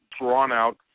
drawn-out